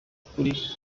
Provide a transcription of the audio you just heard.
kuri